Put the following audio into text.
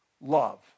love